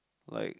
like